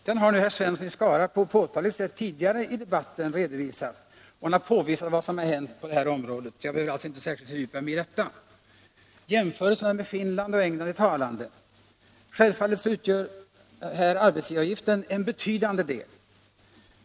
Den har herr Svensson i Skara Åtgärder för textilpå ett påtagligt sätt tidigare redovisat i debatten, och jag behöver inte och konfektionssärskilt fördjupa mig i detta. Jämförelsen med Finland och England är = industrierna talande. Självfallet utgör arbetsgivaravgiften här en betydande del.